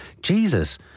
Jesus